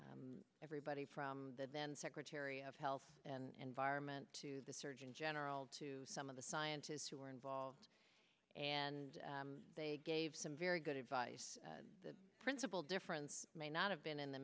the everybody from the then secretary of health and vironment to the surgeon general to some of the scientists who were involved and they gave some very good advice the principal difference may not have been in the